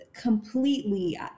completely